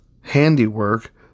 handiwork